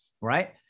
right